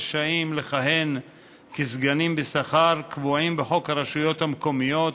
רשאים לכהן כסגנים בשכר קבועים בחוק הרשויות המקומיות